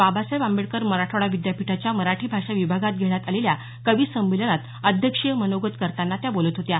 बाबासाहेब आंबेडकर मराठवाडा विद्यापीठाच्या मराठी भाषा विभागात घेण्यात आलेल्या कविसंमेलनात अध्यक्षीय मनोगत व्यक्त करत होत्या